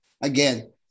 again